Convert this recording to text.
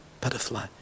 butterfly